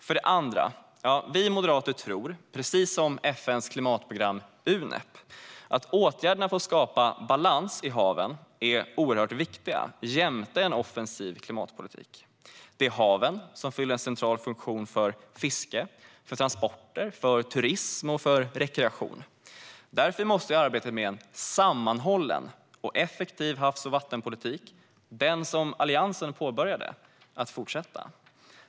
För det andra tror vi moderater, precis som FN i klimatprogrammet Unep, att åtgärderna för att skapa balans i haven är oerhört viktiga jämte en offensiv klimatpolitik. Haven fyller en central funktion för fiske, transporter, turism och rekreation. Därför måste arbetet med en sammanhållen och effektiv havs och vattenpolitik - den som Alliansen påbörjade - fortsätta.